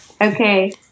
Okay